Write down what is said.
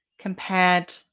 compared